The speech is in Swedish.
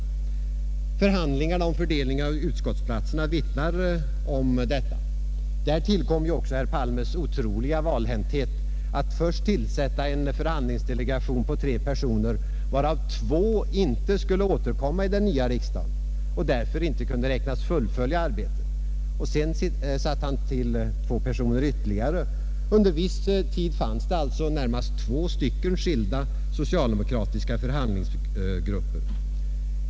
Förhandlingarna om fördelningen av utskottsplatserna vittnar om detta. Där tillkom ju också herr Palmes otroliga valhänthet att först tillsätta en förhandlingsdelegation på tre personer, varav två inte skulle återkomma i den nya riksdagen och därför inte kunde beräknas fullfölja arbetet. Sedan satte han till ytterligare två personer. Under viss tid fanns det alltså två socialdemokratiska förhandlingsgrupper.